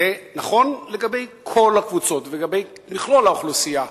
זה נכון לגבי כל הקבוצות, ולגבי מכלול האוכלוסייה,